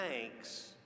thanks